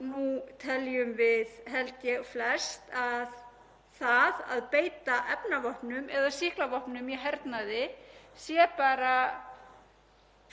fáránleg hugmynd og að sjálfsögðu væri það að beita kjarnorkuvopnum